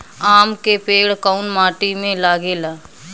आम के पेड़ कोउन माटी में लागे ला?